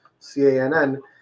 C-A-N-N